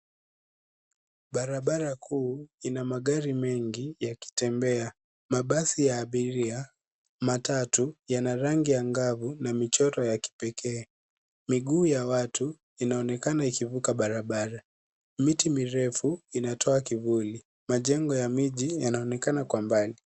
Barabara kuu ina magari mengi ya kitembea. Mabasi ya abiria, matatu, yana rangi angavu na michoro ya kipekee. Miguu ya watu inaonekana ikivuka barabara. Miti mirefu inatoa kivuli. Majengo ya miji yanaonekana kwa mbali.